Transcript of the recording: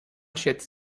schätzt